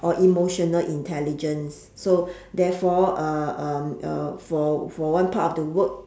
or emotional intelligence so therefore uh um uh for for one part of the work